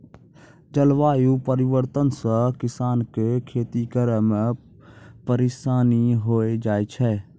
जलवायु परिवर्तन से किसान के खेती करै मे परिसानी होय जाय छै